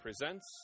presents